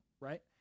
Right